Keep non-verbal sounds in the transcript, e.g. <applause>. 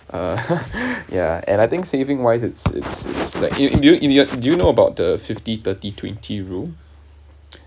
uh <laughs> ya and I think saving wise it's it's it's like you do you do you know about the fifty thirty twenty rule